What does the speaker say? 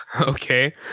okay